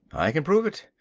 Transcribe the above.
i can prove it.